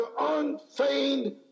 unfeigned